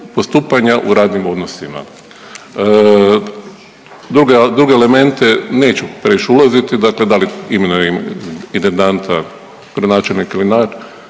postupanja u radnim odnosima. Druga, druge elemente neću previše ulaziti, dakle da li imenuje intendanta gradonačelnik ili netko